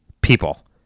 people